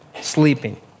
sleeping